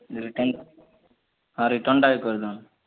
return ହଁ ରିଟର୍ଣ୍ଣ୍ଟା ବି କରିଦଉନ୍